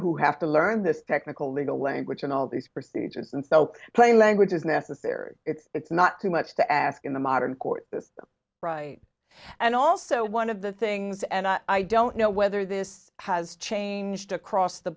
who have to learn this technical legal language and all these procedures and so plain language is necessary it's not too much to ask in the modern court this right and also one of the things and i don't know whether this has changed across the